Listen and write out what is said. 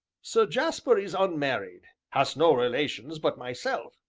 sir jasper is unmarried has no relations but myself,